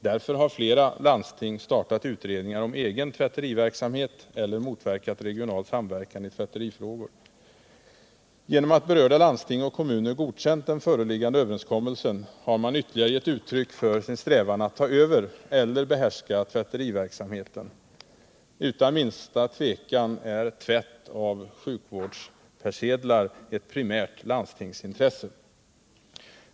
Därför har flera landsting startat utredningar om egen tvätteriverksamhet eller motverkat regional samverkan i tvätterifrågor. Genom att berörda landsting och kommuner godkänt den föreliggande överenskommelsen har man ytterligare gett uttryck för sin strävan att ta över eller behärska tvätteriverksamheten. Utan minsta tvekan är tvätt av sjukhuspersedlar ett primärt landstingsintresse.